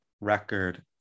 record